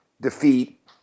defeat